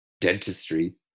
Dentistry